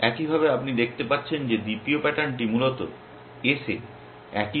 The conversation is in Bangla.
একইভাবে আপনি দেখতে পাচ্ছেন যে দ্বিতীয় প্যাটার্নটি খেলা S এ একই স্যুট